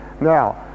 Now